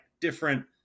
different